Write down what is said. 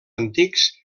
antics